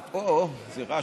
אוהו, איזה רעש.